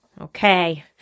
okay